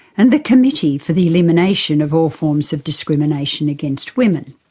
and the committee for the elimination of all forms of discrimination against women.